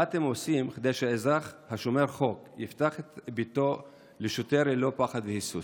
מה אתם עושים כדי שהאזרח השומר חוק יפתח את ביתו לשוטר ללא פחד והיסוס?